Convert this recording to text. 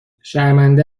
شرمنده